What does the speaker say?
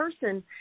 person